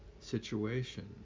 situation